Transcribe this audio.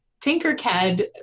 Tinkercad